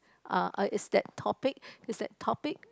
uh is that topic is that topic